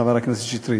חבר הכנסת שטרית.